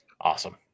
awesome